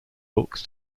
books